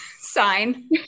sign